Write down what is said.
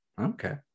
okay